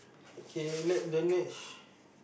okay let the next